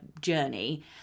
journey